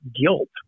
guilt